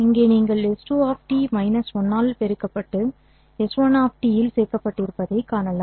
இங்கே நீங்கள் s2 1 ஆல் பெருக்கப்பட்டு s1 இல் சேர்க்கப்பட்டிருப்பதைக் காணலாம்